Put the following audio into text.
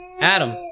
Adam